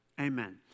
Amen